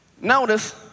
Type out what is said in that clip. Notice